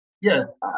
Yes